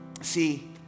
See